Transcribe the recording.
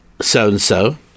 so-and-so